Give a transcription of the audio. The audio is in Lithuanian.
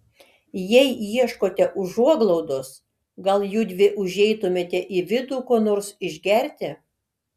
jei ieškote užuoglaudos gal judvi užeitumėte į vidų ko nors išgerti